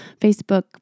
Facebook